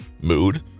mood